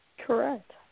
Correct